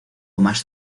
más